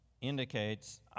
indicates